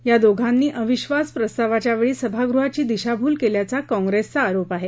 या दोघांनी अविश्वास प्रस्तावाच्यावेळी सभागृहाची दिशाभूल केल्याचा काँप्रेसचा आरोप आहे